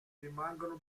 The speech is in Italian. rimangono